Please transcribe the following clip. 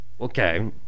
Okay